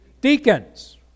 Deacons